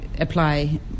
apply